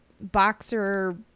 boxer